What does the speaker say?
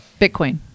Bitcoin